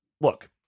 look